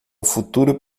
futuro